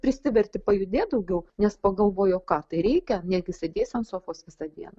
prisiverti pajudėt daugiau nes pagalvoji o ką tai reikia negi sėdėsi ant sofos visą dieną